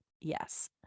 yes